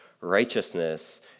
righteousness